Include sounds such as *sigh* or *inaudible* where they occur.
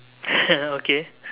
*laughs* okay